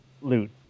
loot